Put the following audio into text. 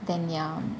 then ya